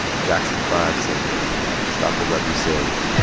jackson five singles right stop the love you save.